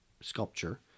sculpture